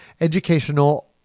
educational